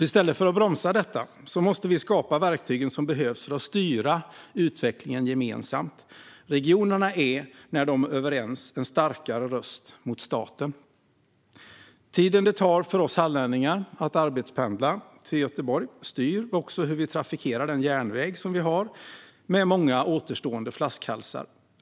I stället för att bromsa detta måste vi alltså skapa verktygen som behövs för att styra utvecklingen gemensamt. Regionerna är när de är överens en starkare röst mot staten. Tiden det tar för oss hallänningar att arbetspendla till Göteborg styr hur vi trafikerar den järnväg vi har med många återstående flaskhalsar.